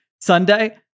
Sunday